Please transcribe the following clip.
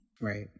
Right